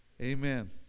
amen